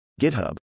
GitHub